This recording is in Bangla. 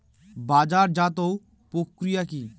বাজারজাতও প্রক্রিয়া কি?